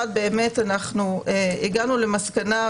הגענו למסקנה,